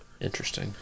Interesting